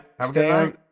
stay